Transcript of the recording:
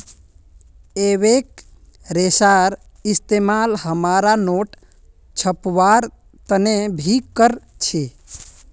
एबेक रेशार इस्तेमाल हमरा नोट छपवार तने भी कर छी